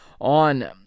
on